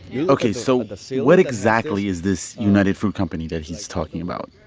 yeah ok, so and so what exactly is this united fruit company that he's talking about?